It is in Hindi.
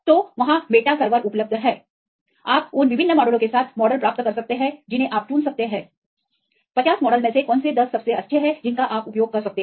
तो वहाँ मेटा सर्वर उपलब्ध हैं आप उन विभिन्न मॉडलों के साथ मॉडल प्राप्त कर सकते हैं जिन्हें आप चुन सकते हैं कि 50 मॉडल में से कौन से 10 सबसे अच्छे हैं जिनका आप उपयोग कर सकते हैं